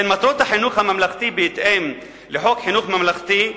במטרות החינוך הממלכתי, בהתאם לחוק חינוך ממלכתי,